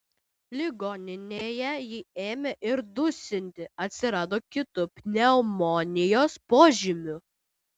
ligoninėje jį ėmė ir dusinti atsirado kitų pneumonijos požymių